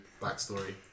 backstory